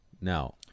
Now